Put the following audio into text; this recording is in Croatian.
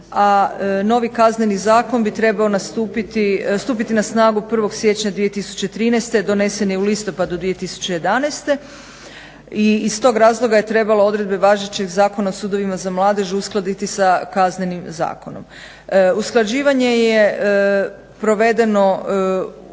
novi kazneni zakon bi trebao stupiti na snagu 1.siječnja 2013., donesen je u listopadu 2011. I iz tog razloga je trebalo odredbe važećeg Zakona o sudovima za mladež uskladiti sa Kaznenim zakonom. Usklađivanje je provedeno u